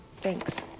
Thanks